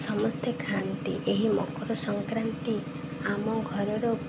ସମସ୍ତେ ଖାଆନ୍ତି ଏହି ମକର ସଂକ୍ରାନ୍ତି ଆମ ଘରର